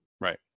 Right